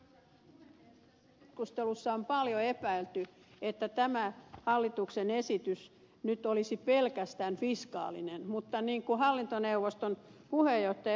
tässä keskustelussa on paljon epäilty että tämä hallituksen esitys nyt olisi pelkästään fiskaalinen mutta niin kuin hallintoneuvoston puheenjohtaja ed